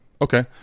okay